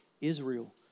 Israel